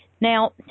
Now